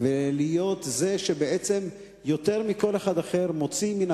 ולהיות זה שיותר מכל אחד אחר מוציא מן